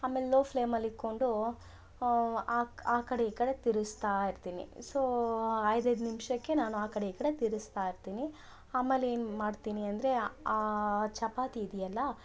ಆಮೇಲೆ ಲೊ ಫ್ಲೇಮಲ್ಲಿ ಇಕ್ಕೊಂಡು ಆ ಕಡೆ ಈ ಕಡೆ ತಿರಿಸ್ತ ಇರ್ತೀನಿ ಸೊ ಐದು ಐದು ನಿಮಿಷಕ್ಕೆ ನಾನು ಆ ಕಡೆ ಈ ಕಡೆ ತಿರಿಸ್ತ ಇರ್ತೀನಿ ಆಮೇಲೆ ಏನ್ಮಾಡ್ತೀನಿ ಅಂದರೆ ಆ ಚಪಾತಿ ಇದೆಯಲ್ಲ